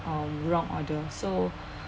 um wrong order so